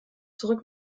zurück